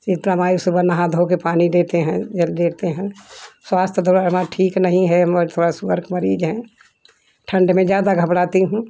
सीता माई सुबह नहा धोकर पानी देते हैं जल देते हैं स्वास्थ्य द्वारा दिमाग ठीक नहीं है मगर थोड़ा सूअर का मरीज़ है ठंड में ज़्यादा घबराती हूँ